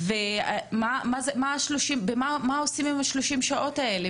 מה עושים עם 30 או 26 השעות האלה